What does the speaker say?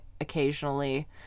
occasionally